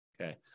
Okay